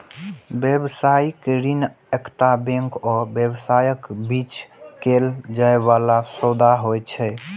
व्यावसायिक ऋण एकटा बैंक आ व्यवसायक बीच कैल जाइ बला सौदा होइ छै